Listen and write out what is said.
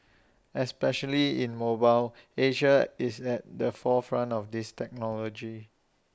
especially in mobile Asia is at the forefront of this technology